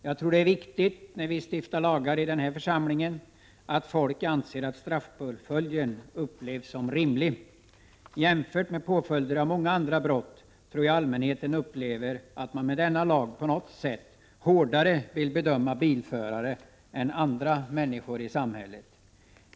Jag tror att det är viktigt, när vi stiftar lagar i den här församlingen, att folk anser att straffpåföljden är rimlig. När man jämför med påföljder av många andra brott, tror jag allmänheten upplever att riksdagen med denna lag på något sätt vill bedöma bilförare hårdare än andra människor i samhället.